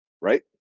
right